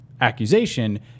accusation